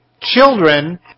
children